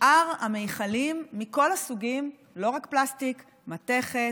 שאר המכלים, מכל הסוגים, לא רק פלסטיק, מתכת,